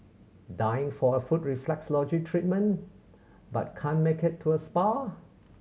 dying for a foot reflexology treatment but can't make it to a spa